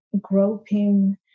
groping